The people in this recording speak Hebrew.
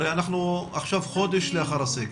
הרי אנחנו עכשיו חודש לאחר הסגר,